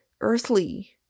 earthly